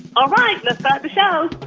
all right, let's start the show